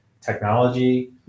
technology